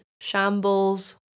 shambles